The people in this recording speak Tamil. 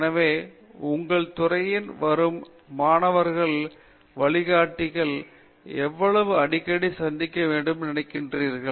எனவே உங்கள் துறையில் வரும் மாணவர்கள் வழிகாட்டியை எவ்வளவு அடிக்கடி சந்திக்க வேண்டும் என்று நினைக்கிறீர்கள்